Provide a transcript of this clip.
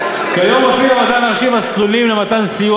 כיום מפעיל המדען הראשי מסלולים למתן סיוע